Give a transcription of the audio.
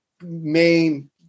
main